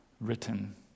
written